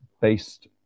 based